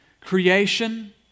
Creation